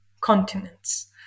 continents